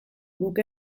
guk